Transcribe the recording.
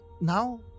now